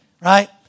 Right